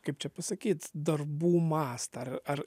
kaip čia pasakyt darbų mastą ar ar